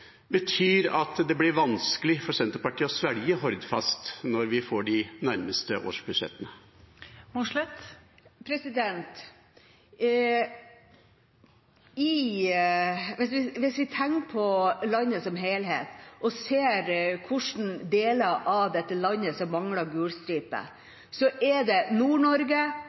betyr at det blir vanskelig for Senterpartiet å svelge Hordfast når vi får de nærmeste årsbudsjettene. Hvis vi tenker på landet som helhet og ser hvilke deler av landet som mangler gul stripe, er det